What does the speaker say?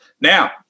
now